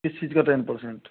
किस चीज का टेन परसेंट